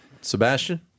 Sebastian